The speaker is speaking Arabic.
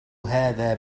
هذا